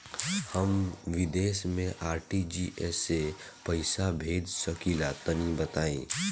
हम विदेस मे आर.टी.जी.एस से पईसा भेज सकिला तनि बताई?